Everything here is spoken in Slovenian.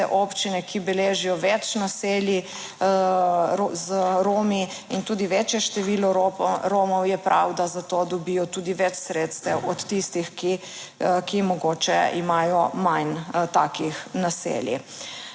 občine, ki beležijo več naselij z Romi in tudi večje število Romov, je prav, da za to dobijo tudi več sredstev od tistih, ki mogoče imajo manj takih naselij.